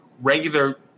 regular